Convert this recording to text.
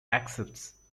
accepts